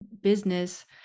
business